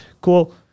Cool